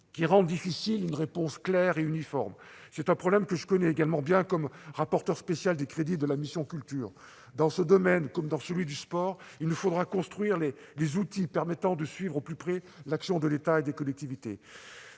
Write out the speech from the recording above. qui rendent difficile une réponse claire et uniforme. C'est un problème que je connais également bien en tant que rapporteur spécial des crédits de la mission « Culture ». Dans ce domaine comme dans celui du sport, il nous faudra élaborer les outils permettant de suivre au plus près l'action de l'État et des collectivités,